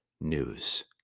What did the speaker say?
news